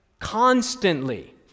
Constantly